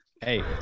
Hey